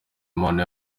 impano